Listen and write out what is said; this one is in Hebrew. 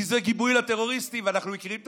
כי זה גיבוי לטרוריסטים, ואנחנו מכירים את